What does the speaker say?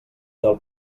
del